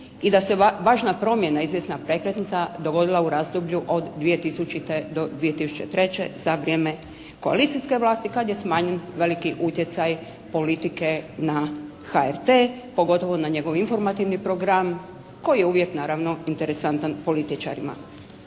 i da se važna promjena, izvjesna prekretnica dogodila u razdoblju od 2000. do 2003. za vrijeme koalicijske vlasti kad je smanjen veliki utjecaj politike na HRT, pogotovo na njegov informativni program koji je uvijek naravno interesantan političarima.